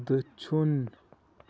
دٔچھُن